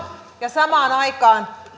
ja samaan aikaan